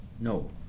No